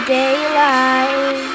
daylight